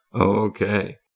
Okay